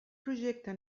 projecte